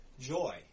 joy